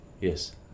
Yes